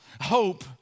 hope